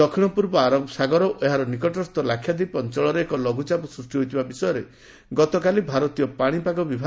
ଦକ୍ଷିଣପୂର୍ବ ଆରବ ସାଗର ଓ ଏହା ନିକଟସ୍ଥ ଲାକ୍ଷାଦ୍ୱୀପ ଅଞ୍ଚଳରେ ଏକ ଲଘୁଚାପ ସୃଷ୍ଟି ହୋଇଥିବା ବିଷୟରେ ଗତକାଲି ଭାରତୀୟ ପାଣିପାଗ ବିଭାଗ ସୂଚନା ଦେଇଥିଲା